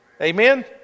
Amen